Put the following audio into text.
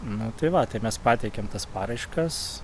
nu tai va tai mes pateikėm tas paraiškas